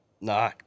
No